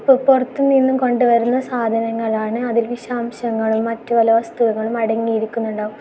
പുറത്തു നിന്ന് കൊണ്ടു വരുന്ന സാധനങ്ങളാണ് അതിൽ വിഷാംശങ്ങൾ മറ്റു പല വസ്തുവകകളും അടങ്ങി ഇരിക്കുന്നുണ്ടാവും